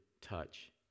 touch